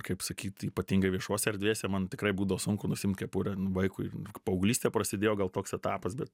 kaip sakyt ypatingai viešose erdvėse man tikrai būdavo sunku nusiimt kepurę vaikui paauglystė prasidėjo gal toks etapas bet